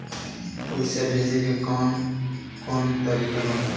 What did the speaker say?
पइसा भेजे के कौन कोन तरीका होला?